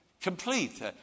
complete